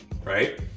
Right